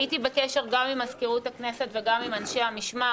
הייתי בקשר גם עם מזכירות הכנסת וגם אם אנשי המשמר,